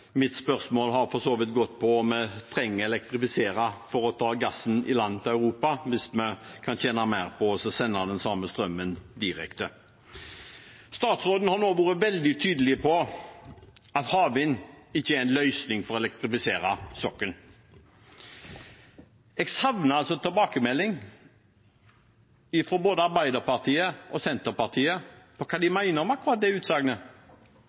mitt spørsmål har for så vidt gått på om vi trenger å elektrifisere for å ta gassen i land til Europa, hvis vi kan tjene mer på å sende den samme strømmen direkte. Statsråden har vært veldig tydelig på at havvind ikke er en løsning for å elektrifisere sokkelen. Jeg savner tilbakemelding fra både Arbeiderpartiet og Senterpartiet med tanke på hva de mener om akkurat det utsagnet.